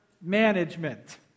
Management